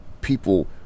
people